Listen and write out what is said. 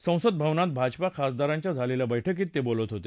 संसद भवनात भाजपा खासदारांच्या झालेल्या बैठकीत ते बोलत होते